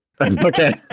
Okay